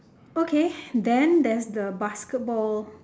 okay then there's the basketball